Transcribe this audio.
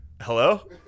Hello